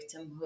victimhood